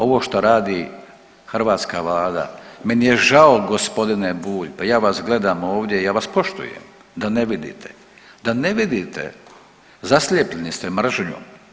Ovo šta radi hrvatska vlada, meni je žao gospodine Bulj, pa ja vas gledam ovdje i ja vas poštujem da ne vidite, da ne vidite, zaslijepljeni ste mržnjom.